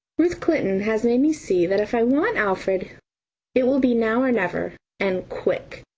ruth clinton has made me see that if i want alfred it will be now or never and quick.